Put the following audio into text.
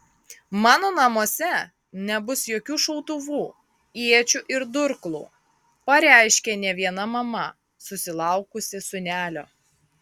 mano namuose nebus jokių šautuvų iečių ir durklų pareiškia ne viena mama susilaukusi sūnelio